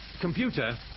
Computer